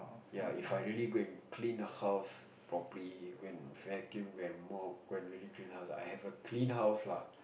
ya If I really go and clean the house properly go and vacuum go and mop go and really clean the house I'll have a clean house lah